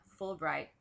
Fulbright